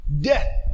death